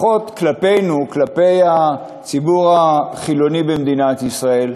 לפחות כלפינו, כלפי הציבור החילוני במדינת ישראל,